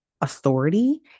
authority